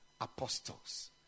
apostles